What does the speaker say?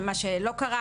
מה שלא קרה,